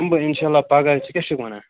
یِمہٕ بہٕ اِنشاء اللہ پَگاہ ژٕ کیٛاہ چھُکھ وَنان